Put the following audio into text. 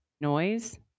noise